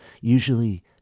Usually